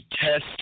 test